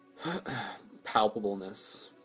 palpableness